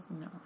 No